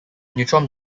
neutron